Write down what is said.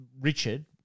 Richard